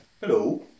Hello